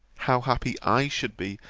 how happy i should be,